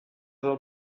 del